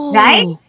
right